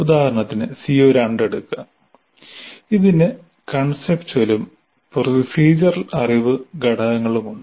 ഉദാഹരണത്തിന് CO2 എടുക്കുക ഇതിന് കോൺസെപ്ച്യുവലും പ്രോസിഡറൽ അറിവ് ഘടകങ്ങളുണ്ട്